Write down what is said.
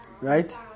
Right